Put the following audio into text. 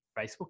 Facebook